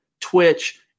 Twitch